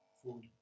food